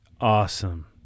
Awesome